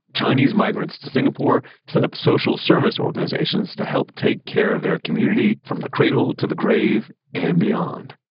chinese migrants to singapore set up social service organizations to help take care of their community from the cradle to the grave and beyond.